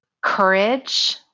courage